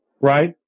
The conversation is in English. Right